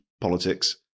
politics